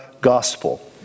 gospel